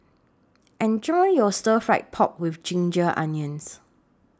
Enjoy your Stir Fry Pork with Ginger Onions